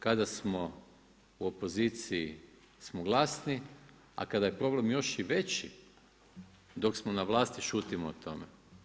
Kada smo u opoziciji smo glasni, a kada je problem još i veći dok smo na vlasti šutimo o tome.